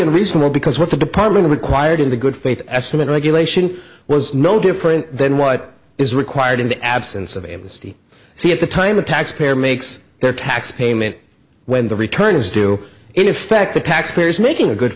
unreasonable because what the department required in the good faith estimate regulation was no different than what is required in the absence of amnesty say at the time the taxpayer makes their tax payment when the return is due in effect the taxpayer is making a good